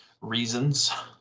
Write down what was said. reasons